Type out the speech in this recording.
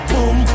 Boom